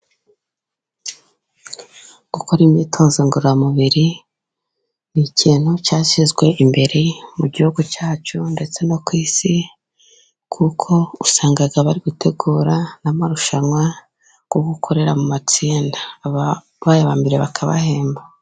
Gukora imyitozo ngororamubiri, ni ikintu cyashyizwe imbere mu gihugu cyacu ndetse no ku isi, kuko usanga bari gutegura amarushanwa, yo gukorera mu matsinda, aba baye ba mbere bakabahemba.